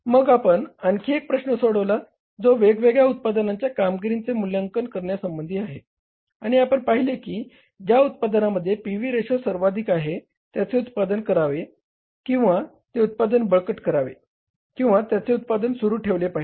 मग आपण आणखी एक प्रश्न सोडवला जो वेगवेगळ्या उत्पादनांच्या कामगिरीचे मूल्यांकन करण्याशी संबंधित आहे आणि आपण पाहिले की ज्या उत्पादनाचे पी व्ही रेशो सर्वाधिक आहेत त्याचे उत्पादन करावे किंवा ते उत्पादन बळकट करावे किंवा त्याचे उत्पादन सुरु ठेवले पाहिजे